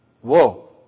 Whoa